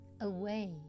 away